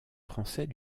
français